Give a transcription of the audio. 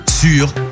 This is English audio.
sur